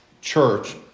church